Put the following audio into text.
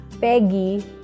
Peggy